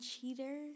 cheater